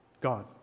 God